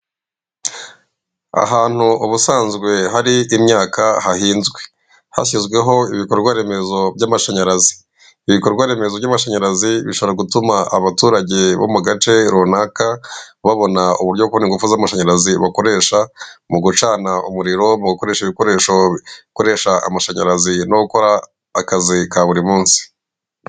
Ahantu ubusanzwe hari imyaka hahinzwe, hashyizweho ibikorwa remezo by'amashanyarazi. Ibikorwa remezo by'amashanyarazi bishobora gutuma abaturage bo mu gace runaka babona uburyo kubona ingufu z'amashanyarazi bakoresha mu gucana umuriro mukoresha ibikoresho bikoresha amashanyarazi no gukora akazi ka buri munsi.